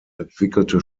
entwickelte